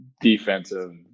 defensive